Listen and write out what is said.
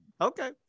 Okay